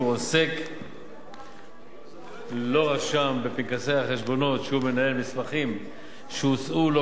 עוסק אשר לא רשם בפנקסי החשבונות שהוא מנהל מסמכים שהוצאו לו